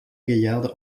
gaillarde